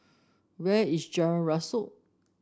where is Jalan Rasok